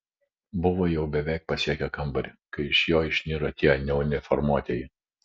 buvo jau beveik pasiekę kambarį kai iš jo išniro tie neuniformuoti